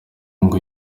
ngo